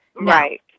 Right